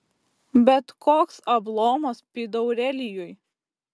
bet koks ablomas pydaurelijui